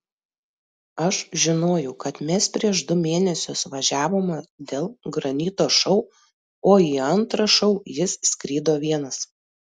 aš žinojau kad mes prieš du mėnesius važiavome dėl granito šou o į antrą šou jis skrido vienas